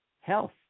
Health